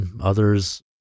others